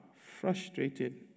frustrated